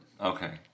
Okay